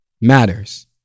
matters